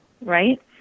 right